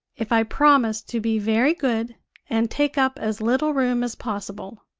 if i promise to be very good and take up as little room as possible?